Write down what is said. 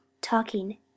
talking